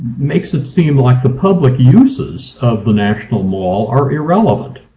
makes it seem like the public uses of the national mall are irrelevant,